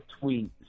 tweet